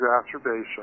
exacerbation